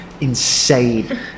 Insane